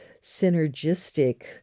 synergistic